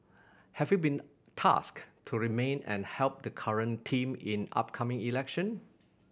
have you been tasked to remain and help the current team in upcoming election